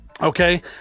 Okay